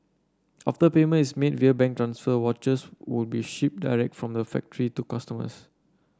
after payment is made via bank transfer watches would be shipped direct from the factory to customers